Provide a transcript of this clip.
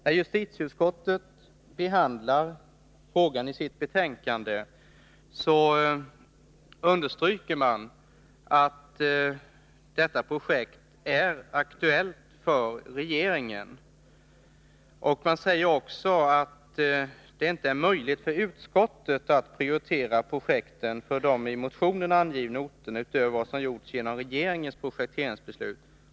När justitieutskottet behandlar frågan i sitt betänkande understryker man att detta projekt är aktuellt för regeringen. Man framhåller också att det inte är möjligt för utskottet att prioritera projekten på de i motionerna angivna orterna utöver vad som gjorts genom regeringens projekteringsbeslut.